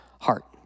heart